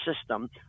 system